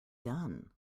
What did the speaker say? done